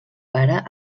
pare